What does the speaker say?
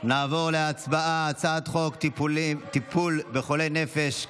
נעבור להצבעה על הצעת חוק טיפול בחולי נפש,